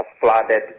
flooded